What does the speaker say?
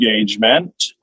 engagement